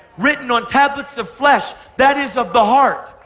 written on tablets of flesh. that is of the heart.